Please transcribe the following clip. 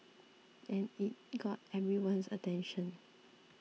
and it got everyone's attention